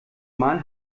mal